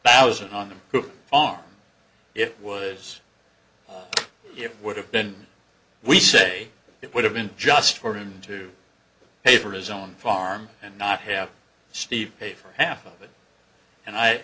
thousand on him on it was it would have been we say it would have been just for him to pay for his own farm and not have steve pay for half of it and i